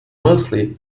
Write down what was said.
mostly